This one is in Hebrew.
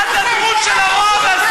עכשיו לפחות תכבדו את עצמכם,